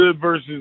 versus